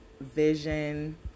vision